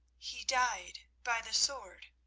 he died by the sword,